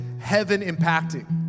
heaven-impacting